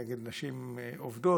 נגד נשים עובדות,